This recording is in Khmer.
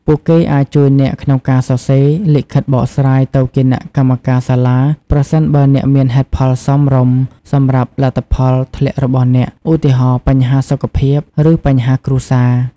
ពួកគេអាចជួយអ្នកក្នុងការសរសេរ លិខិតបកស្រាយ ទៅគណៈកម្មការសាលា ប្រសិនបើអ្នកមានហេតុផលសមរម្យសម្រាប់លទ្ធផលធ្លាក់របស់អ្នក ឧទាហរណ៍ បញ្ហាសុខភាព ឬបញ្ហាគ្រួសារ។